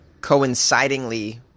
coincidingly